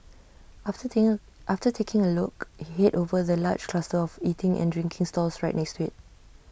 after after taking A look Head over to the large cluster of eating and drinking stalls right next to IT